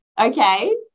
okay